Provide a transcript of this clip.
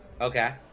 Okay